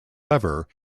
lever